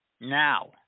now